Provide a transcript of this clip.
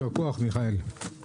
הישיבה ננעלה בשעה 12:29.